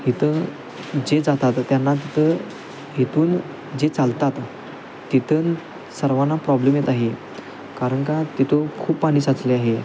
इथं जे जातात त्यांना तिथं इथून जे चालतात तिथं सर्वांना प्रॉब्लेम येत आहे कारण का तिथं खूप पाणी साचले आहे